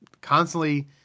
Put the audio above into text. constantly